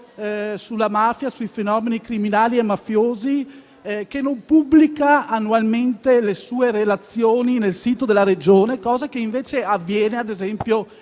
osservatorio sui fenomeni criminali e mafiosi che non pubblica annualmente le sue relazioni sul sito della Regione. Una cosa che invece avviene ad esempio in